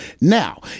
Now